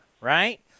right